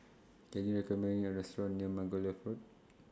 Can YOU recommend Me A Restaurant near Margoliouth Road